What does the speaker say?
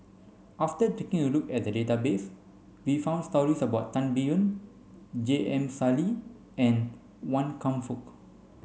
after taking a look at the database we found stories about Tan Biyun J M Sali and Wan Kam Fook